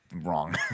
Wrong